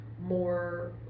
more